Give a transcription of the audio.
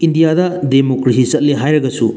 ꯏꯟꯗꯤꯌꯥꯗ ꯗꯦꯃꯣꯀ꯭ꯔꯦꯁꯤ ꯆꯠꯂꯦ ꯍꯥꯏꯔꯒꯁꯨ